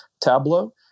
Tableau